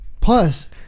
Plus